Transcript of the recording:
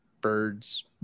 birds